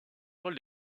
rôle